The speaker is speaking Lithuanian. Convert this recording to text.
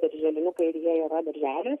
darželinukai ir jie yra daržely